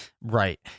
Right